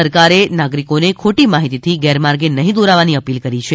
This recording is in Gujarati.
સરકારે નાગરિકોને ખોટી માહિતીથી ગેરમાર્ગે નહીં દોરાવાની અપીલ કરી છે